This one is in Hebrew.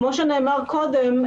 כמו שנאמר קודם,